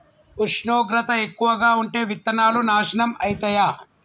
ఉష్ణోగ్రత ఎక్కువగా ఉంటే విత్తనాలు నాశనం ఐతయా?